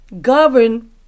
govern